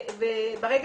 ברגע